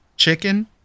chicken